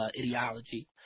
ideology